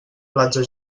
platja